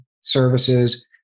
services